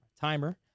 timer